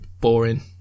boring